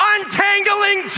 Untangling